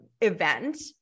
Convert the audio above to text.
event